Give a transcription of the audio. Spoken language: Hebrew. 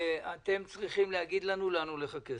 ואתם צריכים להגיד לנו לאן הולך הכסף.